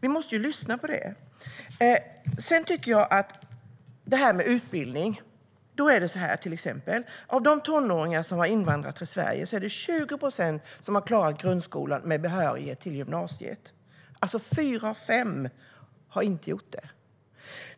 Vi måste lyssna på det. Sedan till frågan om utbildning. Av de tonåringar som har invandrat till Sverige har till exempel 20 procent klarat grundskolan med behörighet till gymnasiet. Det är alltså fyra av fem som inte har gjort